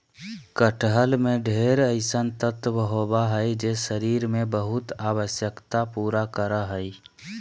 कटहल में ढेर अइसन तत्व होबा हइ जे शरीर के बहुत आवश्यकता पूरा करा हइ